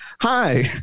hi